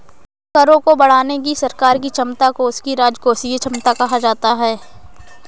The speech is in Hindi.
करों को बढ़ाने की सरकार की क्षमता को उसकी राजकोषीय क्षमता कहा जाता है